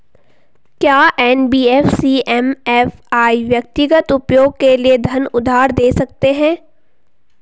क्या NBFC MFI व्यक्तिगत उपयोग के लिए धन उधार दें सकते हैं?